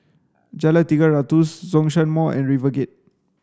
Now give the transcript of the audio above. Jalan Tiga Ratus Zhongshan Mall and RiverGate